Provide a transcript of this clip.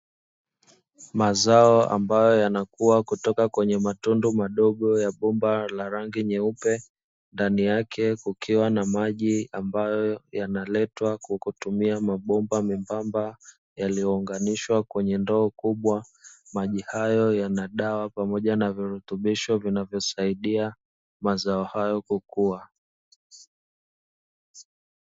Mazao ambayo yanakua kutoka kwenye matundu madogo ya bomba la rangi nyeupe ndani yake kukiwa na maji ambayo yanaletwa kwa kutumia mabomba membamba, yaliyounganishwa kwenye ndoo kubwa maji hayo yana dawa pamoja na virutubisho vinavyosaidia mazao hayo kukua.